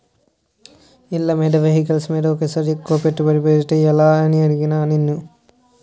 ఇళ్ళమీద, వెహికల్స్ మీద ఒకేసారి ఎక్కువ పెట్టుబడి పెడితే ఎలా అని అడిగానా నిన్ను